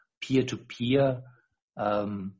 peer-to-peer